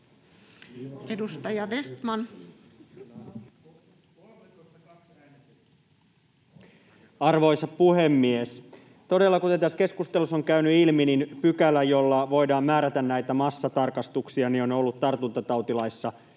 Edustaja Vestman. Arvoisa puhemies! Todella, kuten tässä keskustelussa on käynyt ilmi, pykälä, jolla voidaan määrätä näitä massatarkastuksia, on ollut tartuntatautilaissa koko